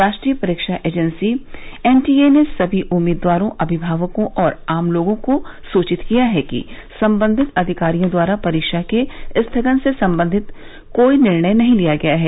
राष्ट्रीय परीक्षा agency NTA ने सभी उम्मीदवारों अभिभावकों और आम लोगों को सुचित किया है कि संबंधित अधिकारियों द्वारा परीक्षा के स्थगन से संबंधित कोई निर्णय नहीं लिया गया है